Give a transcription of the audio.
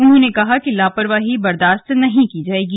उन्होंने कहा कि लापरवाही बर्दाश्त नहीं की जाएगी